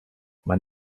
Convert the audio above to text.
mein